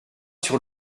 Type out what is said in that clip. sur